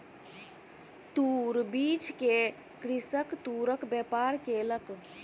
तूर बीछ के कृषक तूरक व्यापार केलक